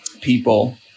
people